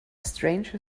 stranger